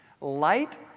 Light